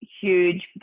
Huge